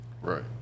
right